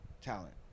talent